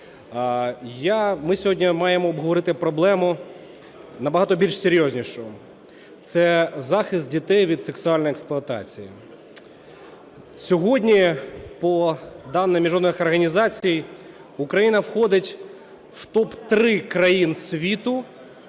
ми сьогодні маємо обговорити проблему на багато більш серйознішу – це захист дітей від сексуальної експлуатації. Сьогодні по даним міжнародних організацій Україна входить в топ-3 країн світу